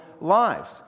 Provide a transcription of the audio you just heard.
lives